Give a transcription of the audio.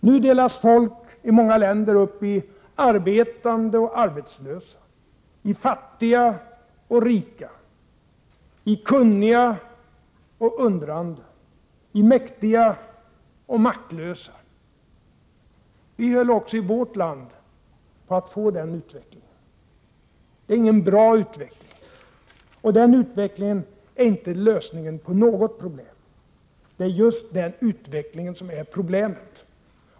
Nu delas folk i många länder upp i arbetande och arbetslösa, i fattiga och rika, i kunniga och undrande, i mäktiga och maktlösa. Även i vårt land höll vi på att få denna utveckling. Det är ingen bra utveckling. Den är inte lösningen på något problem. Det är just denna utveckling som är problemet.